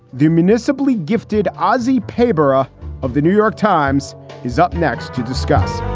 the municipally gifted aussie paper ah of the new york times is up next to discuss